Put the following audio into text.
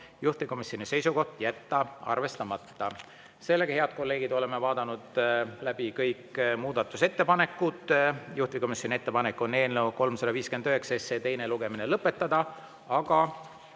juhtivkomisjoni seisukoht: jätta arvestamata. Head kolleegid, oleme vaadanud läbi kõik muudatusettepanekud. Juhtivkomisjoni ettepanek on eelnõu 359 teine lugemine lõpetada, aga